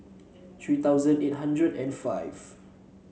three thousand eight hundred and five